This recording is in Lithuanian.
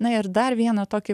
na ir dar vieną tokį